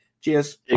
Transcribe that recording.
Cheers